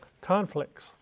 conflicts